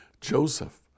Joseph